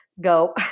go